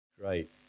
Great